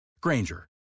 Granger